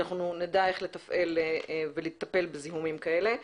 שאנחנו נדע איך לתפעל ולטפל בזיהומים כאלה,